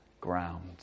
ground